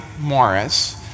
Morris